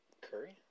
Curry